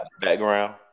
Background